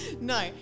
No